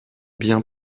bien